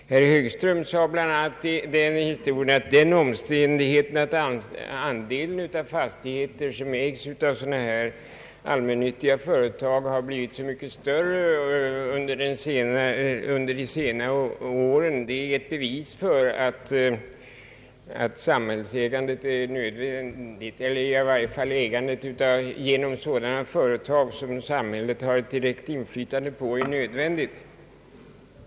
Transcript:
Herr Högström sade bl.a. att den omständigheten att andelen av fastigheter som ägs av allmännyttiga företag blivit så mycket större under senare år är ett bevis för att ägandet genom sådana företag som samhället har ett direkt inflytande på är nödvändigt.